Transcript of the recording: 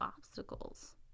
obstacles